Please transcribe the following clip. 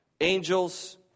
angels